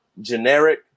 generic